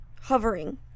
hovering